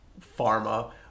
pharma